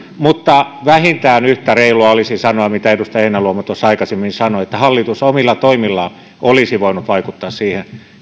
mutta vähintään yhtä reilua olisi sanoa mitä edustaja heinäluoma tuossa aikaisemmin sanoi että hallitus omilla toimillaan olisi voinut vaikuttaa siihen